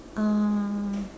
uh